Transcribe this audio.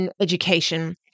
education